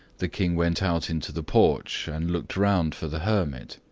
the king went out into the porch and looked around for the hermit.